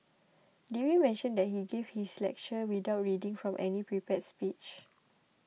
did we mention that he gave this lecture without reading from any prepared speech